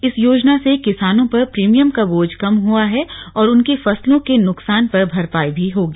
इस योजना से किसानों पर प्रीमियम का बोझ कम हुआ है और उनकी फसलों के नुकसान पर भरपाई भी होगी